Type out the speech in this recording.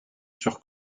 sur